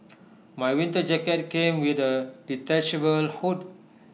my winter jacket came with A detachable hood